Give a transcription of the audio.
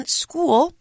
school